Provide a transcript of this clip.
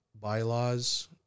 bylaws